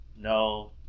no